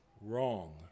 wrong